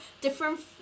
different